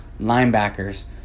linebackers